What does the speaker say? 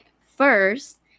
first